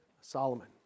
Solomon